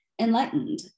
enlightened